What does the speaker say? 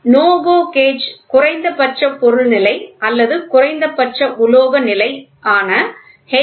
NO GO gauge குறைந்தபட்ச பொருள் நிலை அல்லது குறைந்தபட்ச உலோக நிலை ஆன H